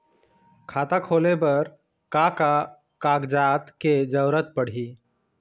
खाता खोले बर का का कागजात के जरूरत पड़ही?